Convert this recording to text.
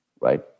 right